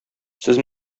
сез